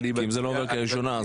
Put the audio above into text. אם זה לא עובר קריאה ראשונה אז חבל.